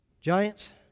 giants